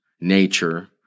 nature